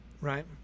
Right